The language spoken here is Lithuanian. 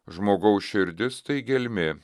žmogaus širdis tai gelmė